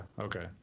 Okay